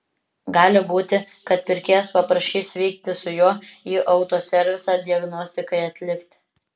gali būti kad pirkėjas paprašys vykti su juo į autoservisą diagnostikai atlikti